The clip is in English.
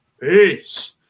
Peace